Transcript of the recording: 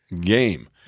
game